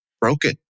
broken